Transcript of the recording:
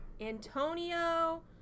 Antonio